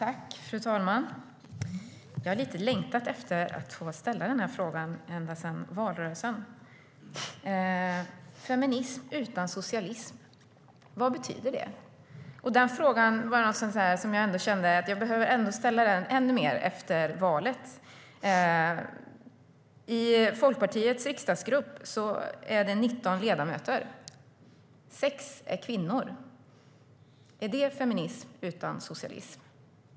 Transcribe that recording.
Fru talman! Jag har längtat lite efter att få ställa den här frågan, ända sedan valrörelsen. Feminism utan socialism - vad betyder det? Efter valet kände jag ännu mer att jag behövde ställa den frågan. I Folkpartiets riksdagsgrupp är det 19 ledamöter. Av dem är 6 kvinnor. Är det feminism utan socialism?